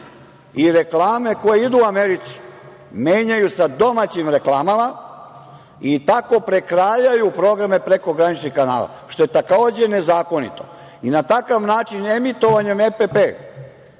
i reklame koje idu u Americi menjaju se sa domaćim reklamama i tako prekrajaju programe prekograničnih kanala, što je takođe nezakonito. Na takav način emitovanja EPP,